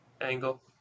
angle